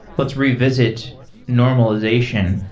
let's revisit normalization.